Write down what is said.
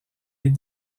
est